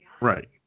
Right